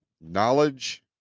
Knowledge